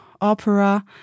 opera